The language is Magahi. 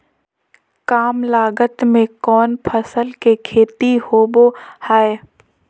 काम लागत में कौन फसल के खेती होबो हाय?